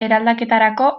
eraldaketarako